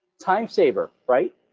time saver, right?